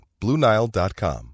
BlueNile.com